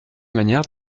manière